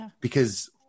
because-